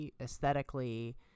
aesthetically